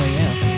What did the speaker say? yes